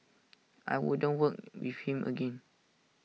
I wouldn't work with him again